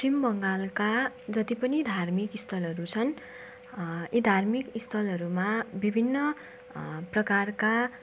पश्चिम बङ्गालका जति पनि धार्मिक स्थलहरू छन् यी धार्मिक स्थलहरूमा विभिन्न प्रकारका